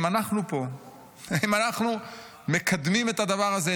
אם אנחנו פה מקדמים את הדבר הזה,